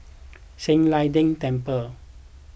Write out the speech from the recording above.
San Lian Deng Temple